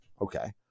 okay